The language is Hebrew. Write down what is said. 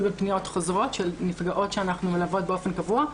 בפניות חוזרות של נפגעות שאנחנו מלוות באופן קבוע,